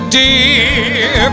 dear